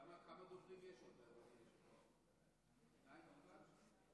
כמה דוברים יש עוד, אדוני היושב-ראש, שניים בלבד?